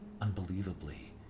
Unbelievably